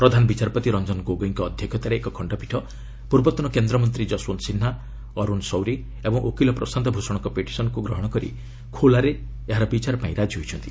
ପ୍ରଧାନ ବିଚାରପତି ରଞ୍ଜନ ଗୋଗୋଇଙ୍କ ଅଧ୍ୟକ୍ଷତାରେ ଏକ ଖଣ୍ଡପୀଠ ପୂର୍ବତନ କେନ୍ଦ୍ରମନ୍ତ୍ରୀ ଯଶ୍ୱନ୍ତ ସିହ୍ନା ଅରୁଣ ସୌରୀ ଏବଂ ଓକିଲ ପ୍ରଶାନ୍ତ ଭୂଷଣଙ୍କ ପିଟିସନ୍କୁ ଗ୍ରହଣ କରି ଖୋଲାରେ ଏହାର ବିଚାର ପାଇଁ ରାଜି ହୋଇଛନ୍ତି